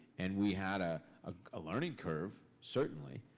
and we had a ah learning curve, certainly.